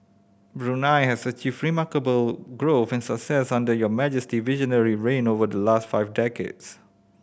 Brunei has achieved remarkable growth and success under Your Majesty visionary reign over the last five decades